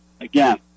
Again